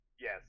yes